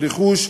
ברכוש,